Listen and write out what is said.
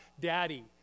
Daddy